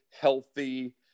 healthy